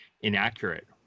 Inaccurate